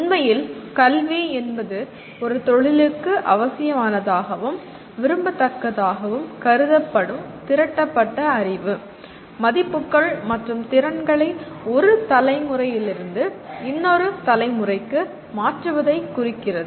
உண்மையில் கல்வி என்பது ஒரு தொழிலுக்கு அவசியமானதாகவும் விரும்பத்தக்கதாகவும் கருதப்படும் திரட்டப்பட்ட அறிவு மதிப்புகள் மற்றும் திறன்களை ஒரு தலைமுறையிலிருந்து இன்னொரு தலைமுறைக்கு மாற்றுவதை குறிக்கிறது